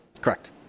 Correct